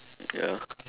ya